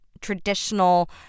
traditional